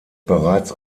bereits